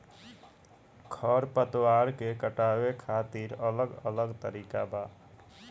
खर पतवार के हटावे खातिर अलग अलग तरीका बा